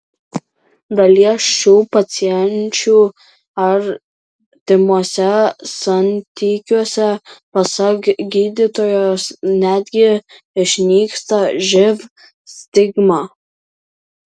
dalies šių pacienčių artimuose santykiuose pasak gydytojos netgi išnyksta živ stigma